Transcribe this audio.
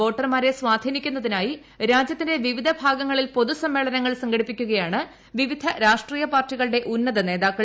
വോട്ടർമാരെ സ്വാധീനിക്കുന്നതിനായി രാജ്യത്തിന്റെ വിവിധ ഭാഗങ്ങളിൽ പൊതുസമ്മേളനങ്ങൾ സംഘടിപ്പിക്കുകയാണ് വിവിധ രാഷ്ട്രീയ പാർട്ടികളുടെ ഉന്നത നേതാക്കൾ